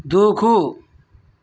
దూకు